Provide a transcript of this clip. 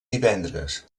divendres